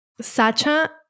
Sacha